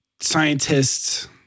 scientists